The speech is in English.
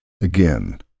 Again